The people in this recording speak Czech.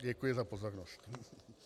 Děkuji za pozornost.